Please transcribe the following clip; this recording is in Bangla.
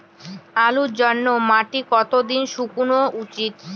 আলুর জন্যে মাটি কতো দিন শুকনো উচিৎ?